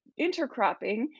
intercropping